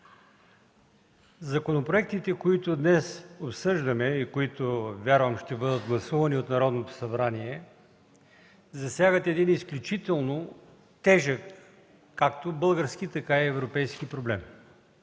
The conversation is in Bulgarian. Законопроектите, които обсъждаме днес и които, вярвам, ще бъдат гласувани от Народното събрание, засягат един изключително тежък както български, така и европейски проблем.